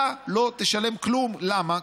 אתה לא תשלם כלום, למה?